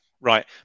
Right